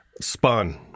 spun